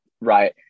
Right